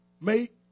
Make